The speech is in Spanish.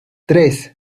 tres